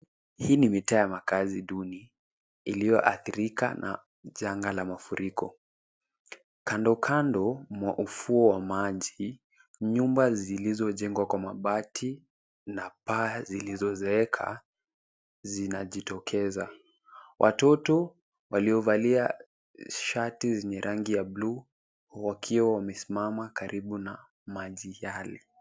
Hii ni mitaa ya makazi duni iliyoadhirika na janga la mafuriko. Kando kando mwa ufuo wa maji, nyumba zilizojengwa kwa mabati na paa zilizozeeka zinajitokeza. Watoto waliovalia shati zenye rangi ya buluu wakiwa wamesimama karibu na maji yale.